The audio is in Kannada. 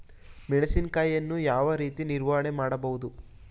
ಮೆಣಸಿನಕಾಯಿಯನ್ನು ಯಾವ ರೀತಿ ನಿರ್ವಹಣೆ ಮಾಡಬಹುದು?